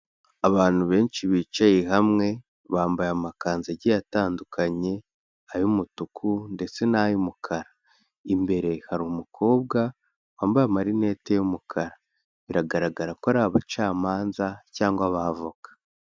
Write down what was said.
Abantu benshi bicaye hamwe, bambaye amakanzu agiye atandukanye, ay'umutuku ndetse n'ay'umukara, imbere hari umukobwa wambaye amarinete y'umukara, biragaragara ko ari abacamanza cyangwa abavoka.